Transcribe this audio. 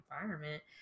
environment